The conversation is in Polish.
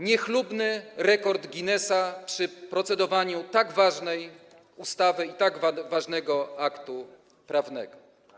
Niechlubny rekord Guinnessa przy procedowaniu tak ważnej ustawy, tak ważnego aktu prawnego.